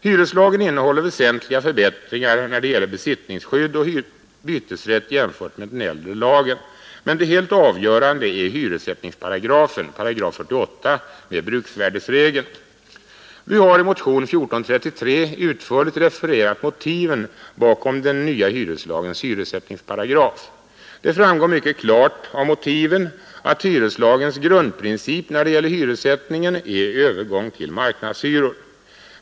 Hyreslagen innehåller väsentliga förbättringar, när det gäller bl.a. besittningsskydd och bytesrätt jämfört med den äldre lagen. Men det helt avgörande är hyressättningsparagrafen, 48 §, med bruksvärdesregeln. Vi har i motionen 1433 utförligt refererat motiven bakom den nya hyreslagens hyressättningsparagraf. Det framgår mycket klart av motiven att hyreslagens grundprincip när det gäller hyressättningen är övergång till marknadshyror.